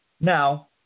Now